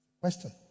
Question